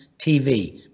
TV